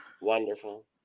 wonderful